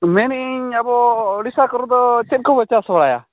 ᱢᱮᱱᱮᱫᱤᱧ ᱟᱵᱚ ᱩᱲᱤᱥᱥᱟ ᱠᱚᱨᱮᱫᱚ ᱪᱮᱫᱠᱚᱵᱚ ᱪᱟᱥ ᱵᱟᱲᱟᱭᱟ